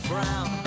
brown